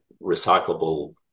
recyclable